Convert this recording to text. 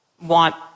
want